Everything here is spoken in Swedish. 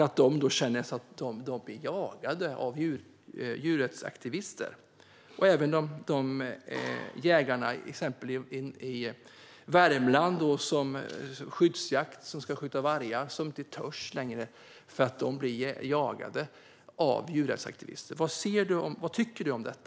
Dessa jägare känner sig jagade av djurrättsaktivister. Det gäller även jägare, i exempelvis Värmland, som ägnar sig åt skyddsjakt och ska skjuta vargar. De törs inte längre, eftersom de blir jagade av djurrättsaktivister. Vad tycker du om det?